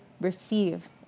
receive